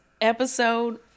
episode